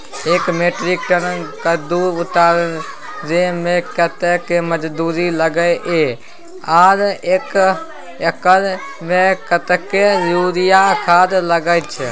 एक metric ton कद्दू उतारे में कतेक मजदूरी लागे इ आर एक एकर में कतेक यूरिया खाद लागे छै?